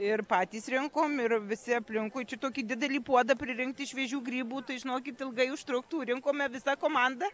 ir patys rinkom ir visi aplinkui čia tokį didelį puodą pririnkti šviežių grybų tai žinokit ilgai užtruktų rinkome visa komanda